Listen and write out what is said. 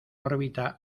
órbita